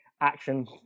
action